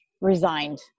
resigned